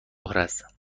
است